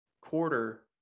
quarter